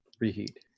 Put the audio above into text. reheat